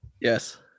Yes